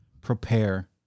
prepare